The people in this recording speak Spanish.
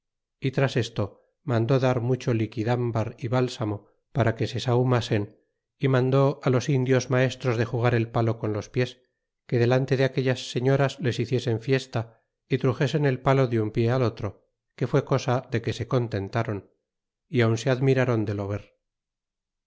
y tras esto mandó dar mucho liquidambar y bálsamo para que se sahumasen y mandó á los indios maestros de jugar el palo con los pies que delante de aquellas señoras les hiciesen fiesta y truxesen el palo de un pie al otro que fue cosa de que se contentaron y aun se admiraron de